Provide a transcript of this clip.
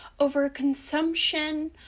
overconsumption